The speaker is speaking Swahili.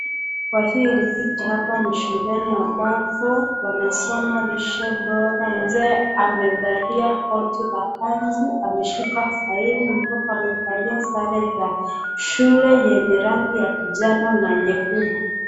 kuwa hili ni picha hapa, wanasoma lishe bora, mzee amevaa koti la kanzu, ameshuka faili, mtoto amevaa sare za shule yenye rangi ya kijani na nyekundu.